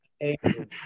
angry